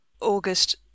August